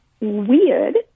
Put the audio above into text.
weird